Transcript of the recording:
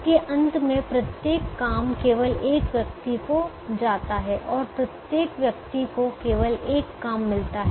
इसके अंत में प्रत्येक काम केवल एक व्यक्ति को जाता है और प्रत्येक व्यक्ति को केवल एक काम मिलता है